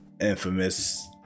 infamous